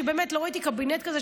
לא ראיתי קבינט כזה,